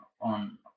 on